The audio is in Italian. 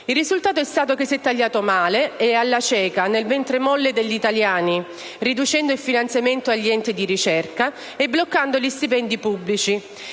Il risultato è stato che si è tagliato male e alla cieca nel ventre molle degli italiani, riducendo il finanziamento agli enti di ricerca e bloccando gli stipendi pubblici,